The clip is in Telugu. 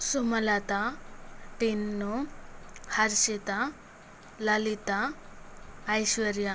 సుమలత టిన్ను హర్షిత లలిత ఐశ్వర్య